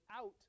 out